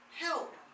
Help